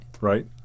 Right